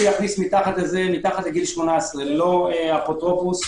יכניס מתחת לגיל 18 ללא אפוטרופוס